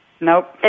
Nope